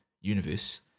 universe